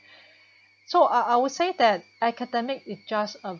so I I would say that academic it just a